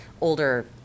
older